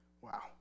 Wow